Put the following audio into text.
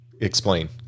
Explain